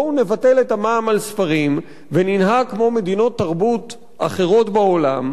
בואו נבטל את המע"מ על ספרים וננהג כמו מדינות תרבות אחרות בעולם,